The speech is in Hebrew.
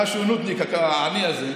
ראה שהוא נודניק, העני הזה,